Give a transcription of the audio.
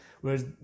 whereas